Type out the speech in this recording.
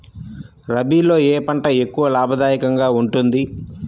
రబీలో ఏ పంట ఎక్కువ లాభదాయకంగా ఉంటుంది?